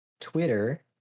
Twitter